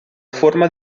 forma